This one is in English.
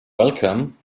welcome